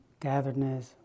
gatheredness